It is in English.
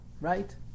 right